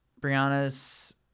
Brianna's